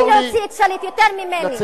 אתם יכולים להוציא את שליט יותר ממני.